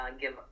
give